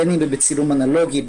בין אם בצילום אנלוגי,